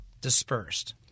dispersed